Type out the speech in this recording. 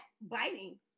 biting